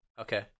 Okay